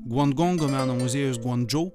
guangongo meno muziejus guangdžou